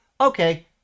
Okay